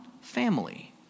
family